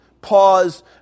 pause